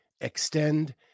Extend